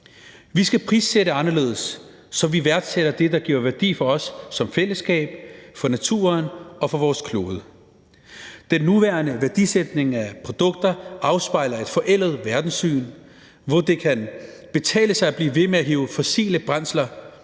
Vi skal prissætte anderledes, så vi værdsætter det, der giver værdi for os som fællesskab, for naturen og for vores klode. Den nuværende værdisætning af produkter afspejler et forældet verdenssyn, hvor det kan betale sig at blive ved med at hive fossile brændsler